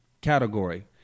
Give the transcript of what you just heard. category